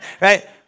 right